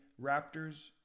Raptors